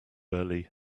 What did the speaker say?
early